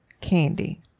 candy